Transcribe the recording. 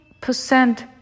percent